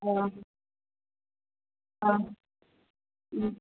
अ औ